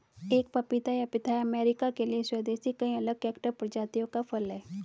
एक पपीता या पिथाया अमेरिका के लिए स्वदेशी कई अलग कैक्टस प्रजातियों का फल है